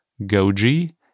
Goji